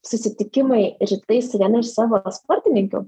susitikimai rytais su viena iš savo sportininkių